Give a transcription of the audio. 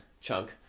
chunk